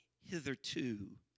hitherto